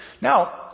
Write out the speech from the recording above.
Now